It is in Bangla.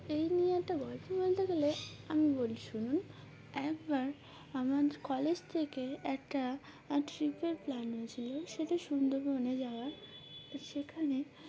এই নিয়ে একটা গল্প বলতে গেলে আমি বল শুনুন একবার আমার কলেজ থেকে একটা ট্রিপের প্ল্যান হয়েছিলো সেটা সুন্দরবনে যাওয়ার সেখানে